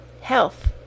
health